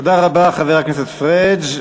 תודה רבה, חבר הכנסת פריג'.